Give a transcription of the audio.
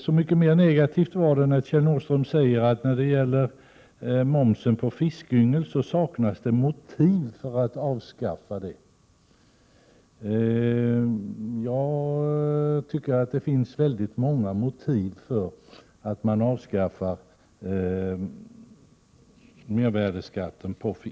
Så mycket mer negativt var det att Kjell Nordström sade att det saknas motiv för att avskaffa momsen på fiskyngel. Jag tycker att det finns många motiv för det.